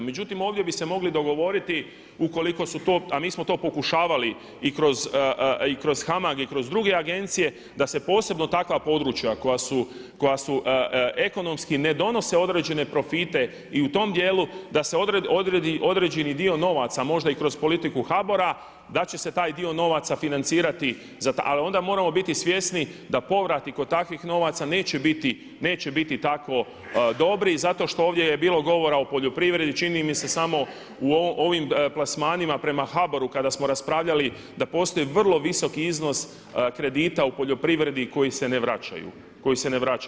Međutim, ovdje bih se mogli dogovoriti ukoliko su to, a mi smo to pokušavali i kroz HAMAG i kroz druge agencije da se posebno takva područja koja su ekonomski ne donose određene profite i u tom djelu da se odredi određeni dio novaca možda i kroz politiku HBOR-a da će se taj dio novaca financirati za to, ali onda moramo biti svjesni da povrati kod takvih novaca neće biti tako dobri zato što ovdje je bilo govora o poljoprivredi, čini mi se samo u ovim plasmanima prema HBOR-u kada smo raspravljali da postoji vrlo visoki iznos kredita u poljoprivredi koji se ne vraćaju, koji se ne vraćaju.